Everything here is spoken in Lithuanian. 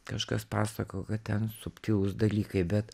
kažkas pasakojo kad ten subtilūs dalykai bet